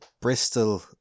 Bristol